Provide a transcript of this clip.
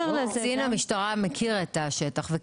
קצין המשטרה מכיר את תא השטח.